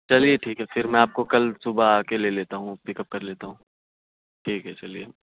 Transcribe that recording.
چلیے ٹھیک ہے پھر میں آپ کو کل صبح آ کے لے لیتا ہوں پک اپ کر لیتا ہوں ٹھیک ہے چلیے